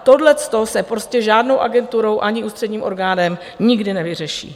Tohle se prostě žádnou agenturou ani ústředním orgánem nikdy nevyřeší.